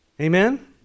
Amen